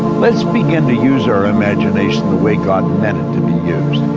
let's begin to use our imagination the way god meant it to be used.